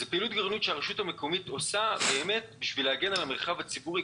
זו פעילות גירעונית שהרשות המקומית עושה בשביל להגן על המרחב הציבורי,